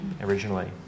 originally